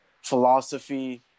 philosophy